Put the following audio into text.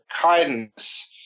kindness